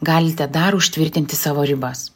galite dar užtvirtinti savo ribas